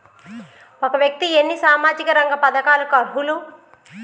ఒక వ్యక్తి ఎన్ని సామాజిక రంగ పథకాలకు అర్హులు?